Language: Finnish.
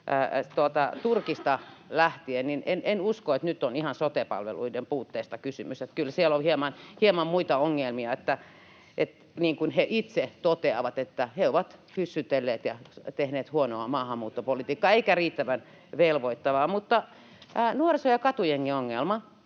Turkista lähtien, niin en usko, että nyt on ihan sote-palveluiden puutteesta kysymys. Että kyllä siellä on hieman muita ongelmia. Niin kuin he itse toteavat, he ovat hyssytelleet ja tehneet huonoa maahanmuuttopolitiikkaa, [Perussuomalaisten ryhmästä: Nyt hyssytellään!] ei riittävän velvoittavaa. Mutta nuoriso- ja katujengiongelmasta: